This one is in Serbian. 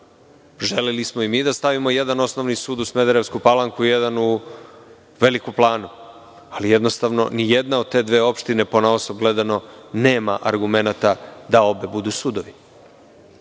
želeli smo i mi da stavimo jedan Osnovni sud u Smederevsku Palanku, jedan u Velikoj Plani, ali, jednostavno, nijedna od te dve opštine ponaosob nema argumenata da obe budu sudovi. Znači,